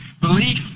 Belief